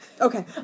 Okay